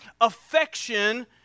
affection